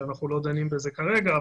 שאנחנו לא דנים בו כרגע,